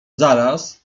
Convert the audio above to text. zaraz